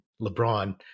LeBron